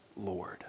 Lord